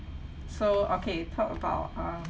so okay talk about um